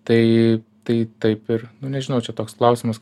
tai tai taip ir nu nežinau čia toks klausimas